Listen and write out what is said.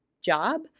job